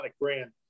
brand